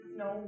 no